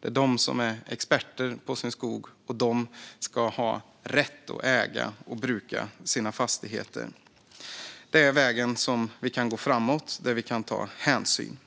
Det är de som är experter på sin skog, och de ska ha rätt att äga och bruka sina fastigheter. Det är på den vägen vi kan gå framåt för att ta hänsyn.